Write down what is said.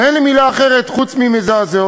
אין לי מילה אחרת חוץ ממזעזעות,